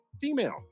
female